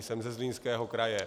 Jsem ze Zlínského kraje.